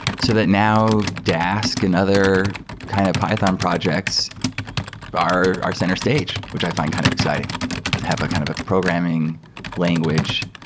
so that now dask another kind of python projects are our center stage, which i find kind of exciting to have a kind of a programming language